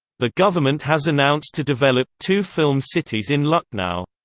the government has announced to develop two film cities in lucknow.